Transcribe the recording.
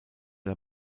der